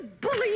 bully